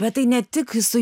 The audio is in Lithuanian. bet tai ne tik su